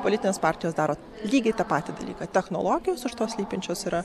politinės partijos daro lygiai tą patį dalyką technologijos už to slypinčios yra